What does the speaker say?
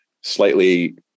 slightly